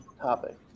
topic